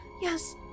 Yes